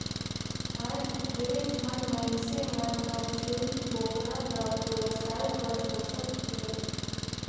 आयज ढेरे झन मइनसे मन हर छेरी बोकरा ल बेवसाय बर पोसत हें